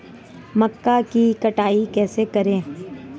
मक्का की कटाई कैसे करें?